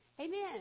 Amen